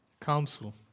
Council